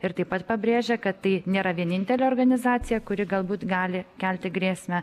ir taip pat pabrėžė kad tai nėra vienintelė organizacija kuri galbūt gali kelti grėsmę